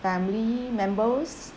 family members